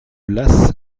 las